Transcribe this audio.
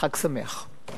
חג שמח.